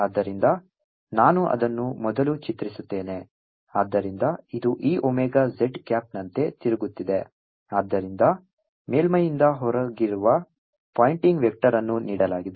ಆದ್ದರಿಂದ ನಾನು ಅದನ್ನು ಮೊದಲು ಚಿತ್ರಿಸುತ್ತೇನೆ ಆದ್ದರಿಂದ ಇದು ಈ ಒಮೆಗಾ z ಕ್ಯಾಪ್ನಂತೆ ತಿರುಗುತ್ತಿದೆ ಆದ್ದರಿಂದ ಮೇಲ್ಮೈಯಿಂದ ಹೊರಗಿರುವ ಪಾಯಿಂಟಿಂಗ್ ವೆಕ್ಟರ್ ಅನ್ನು ನೀಡಲಾಗಿದೆ